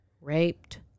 raped